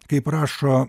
kaip rašo